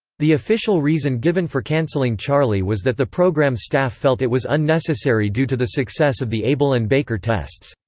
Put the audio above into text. the official reason given for canceling charlie was that the program staff felt it was unnecessary due to the success of the able and baker tests.